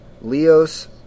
Leos